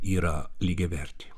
yra lygiavertė